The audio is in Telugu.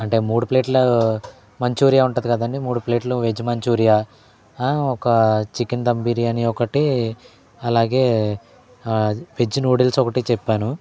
అంటే మూడు ప్లేట్ల మంచూరియా ఉంటుంది కదండి మూడు ప్లేట్లు వెజ్ మంచూరియా ఒక చికెన్ దమ్ బిర్యాని ఒకటి అలాగే వెజ్ న్యూడిల్స్ ఒకటి చెప్పాను